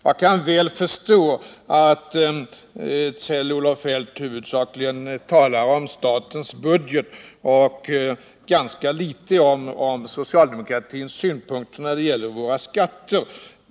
Jag kan mycket väl förstå att Kjell-Olof Feldt huvudsakligen talar om statens budget och ganska litet om socialdemokratins synpunkter på våra skatter.